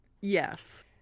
yes